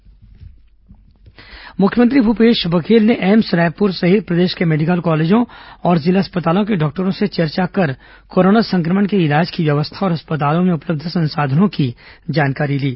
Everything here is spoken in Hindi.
मुख्यमंत्री डॉक्टर बातचीत मुख्यमंत्री भूपेश बघेल ने एम्स रायपुर सहित प्रदेश के मेडिकल कॉलेजों और जिला अस्पतालों के डाक्टरों से चर्चा कर कोरोना संक्रमण के इलाज की व्यवस्था और अस्पतालों में उपलब्ध संसाधनों की जानकारी ली